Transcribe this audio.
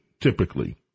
typically